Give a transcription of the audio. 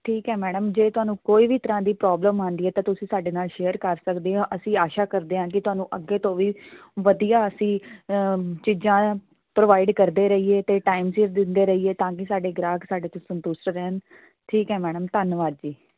ਠੀਕ ਹੈ ਮੈਡਮ ਜੇ ਤੁਹਾਨੂੰ ਕੋਈ ਵੀ ਤਰ੍ਹਾਂ ਦੀ ਪ੍ਰੋਬਲਮ ਆਉਂਦੀ ਆ ਤਾਂ ਤੁਸੀਂ ਸਾਡੇ ਨਾਲ ਸ਼ੇਅਰ ਕਰ ਸਕਦੇ ਆ ਅਸੀਂ ਆਸ਼ਾ ਕਰਦੇ ਹਾਂ ਕਿ ਤੁਹਾਨੂੰ ਅੱਗੇ ਤੋਂ ਵੀ ਵਧੀਆ ਅਸੀਂ ਚੀਜ਼ਾਂ ਪ੍ਰੋਵਾਈਡ ਕਰਦੇ ਰਹੀਏ ਅਤੇ ਟਾਈਮ ਸਿਰ ਦਿੰਦੇ ਰਹੀਏ ਤਾਂ ਕਿ ਸਾਡੇ ਗ੍ਰਾਹਕ ਸਾਡੇ ਤੋਂ ਸੰਤੁਸਟ ਰਹਿਣ ਠੀਕ ਹੈ ਮੈਡਮ ਧੰਨਵਾਦ ਜੀ